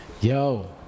Yo